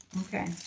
Okay